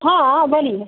हाँ बनी है